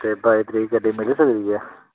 ते बाई तरीक गड्डी मिली सकदी ऐ